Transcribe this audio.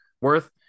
worth